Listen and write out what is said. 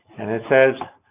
and it says,